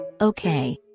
Okay